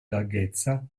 larghezza